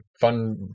fun